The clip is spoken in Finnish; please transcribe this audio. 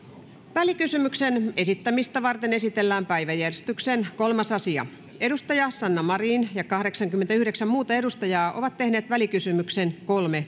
välikysymyksen esittämistä varten esitellään päiväjärjestyksen kolmas asia edustaja sanna marin ja kahdeksankymmentäyhdeksän muuta edustajaa ovat tehneet välikysymyksen kolme